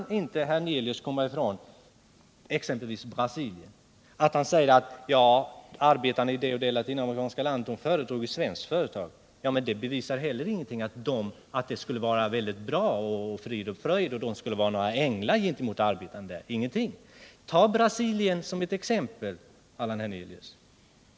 Det är ett faktum. Herr Hernelius säger att arbetarna i det och det latinamerikanska landet föredrar att arbeta i ett svenskt företag. Det bevisar inte att förhållandena är bra, att allt är frid och fröjd, att företagen skulle uppträda som änglar gentemot arbetarna. Det bevisar ingenting. Ta Brasilien som ett exempel, Allan Hernelius.